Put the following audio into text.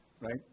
right